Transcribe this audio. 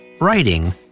Writing